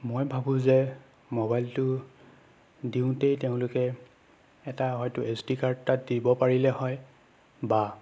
মই ভাবোঁ যে মোবাইলটো দিওঁতেই তেওঁলোকে এটা হয়তো এছ দি কাৰ্ড তাত দিব পাৰিলে হয় বা